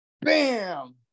bam